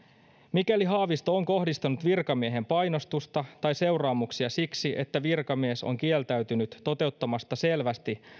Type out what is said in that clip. mikäli haavisto on kohdistanut virkamieheen painostusta tai seuraamuksia siksi että virkamies on kieltäytynyt toteuttamasta selvästi